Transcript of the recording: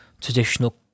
traditional